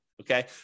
Okay